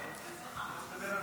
אני רוצה לדבר לשר.